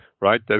right